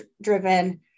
driven